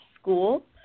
school